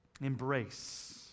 Embrace